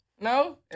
No